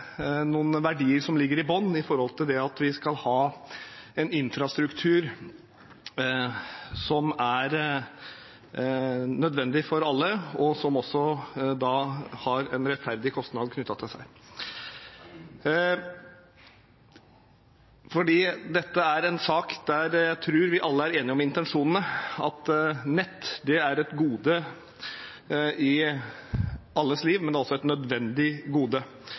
noen verdier som ligger i bunnen for at vi skal ha en infrastruktur som er nødvendig for alle, og som også har en rettferdig kostnad knyttet til seg. Dette er en sak der jeg tror vi alle er enige om intensjonene, at nett er et gode i alles liv, men også et nødvendig gode,